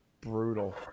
brutal